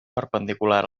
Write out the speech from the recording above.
perpendicular